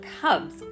cubs